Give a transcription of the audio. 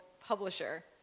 publisher